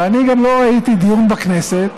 ואני גם לא ראיתי דיון בכנסת